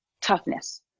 toughness